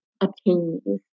obtain